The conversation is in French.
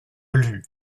lut